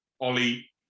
Ollie